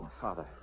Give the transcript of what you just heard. father